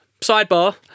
sidebar